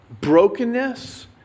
brokenness